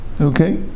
Okay